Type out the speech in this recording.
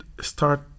start